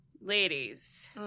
Ladies